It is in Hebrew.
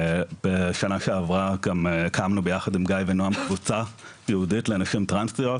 בשנה שעברה גם הקמנו ביחד עם גיא ונועם קבוצה ייעודית לנשים טרנסיות,